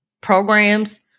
programs